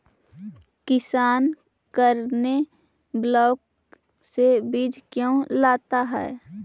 किसान करने ब्लाक से बीज क्यों लाता है?